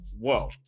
whoa